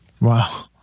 Wow